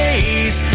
Days